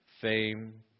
fame